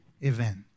event